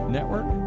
Network